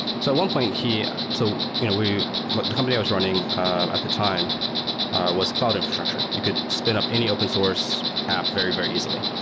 so one point he so you know the company i was running at the time was cloud infrastructure. you could spin up any open source app very, very easily.